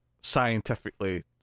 scientifically